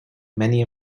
many